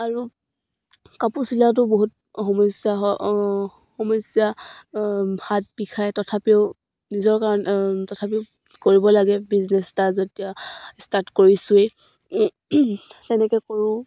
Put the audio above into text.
আৰু কাপোৰ চিলোৱাটো বহুত সমস্যা সমস্যা হাত বিষায় তথাপিও নিজৰ কাৰণে তথাপিও কৰিব লাগে বিজনেচ এটা যেতিয়া ষ্টাৰ্ট কৰিছোঁৱেই তেনেকৈ কৰোঁ